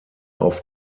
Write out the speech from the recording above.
auf